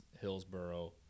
Hillsboro